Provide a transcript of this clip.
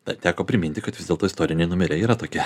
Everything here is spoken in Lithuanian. tad teko priminti kad vis dėlto istoriniai numeriai yra tokie